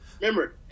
Remember